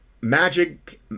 Magic